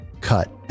Cut